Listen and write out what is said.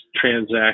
transaction